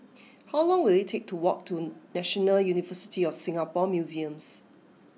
how long will it take to walk to National University of Singapore Museums